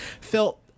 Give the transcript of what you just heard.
Phil